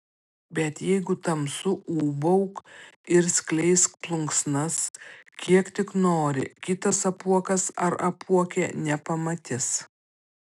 bet jeigu tamsu ūbauk ir skleisk plunksnas kiek tik nori kitas apuokas ar apuokė nepamatys